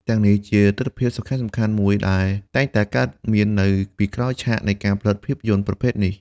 ទាំងនេះជាទិដ្ឋភាពសំខាន់ៗមួយចំនួនដែលតែងតែកើតមាននៅពីក្រោយឆាកនៃការផលិតភាពយន្តប្រភេទនេះ។